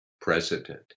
president